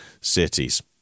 cities